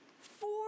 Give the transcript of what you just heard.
four